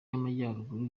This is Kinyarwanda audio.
y’amajyaruguru